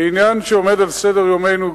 לעניין שעומד על סדר-יומנו,